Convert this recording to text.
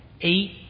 Eight